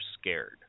scared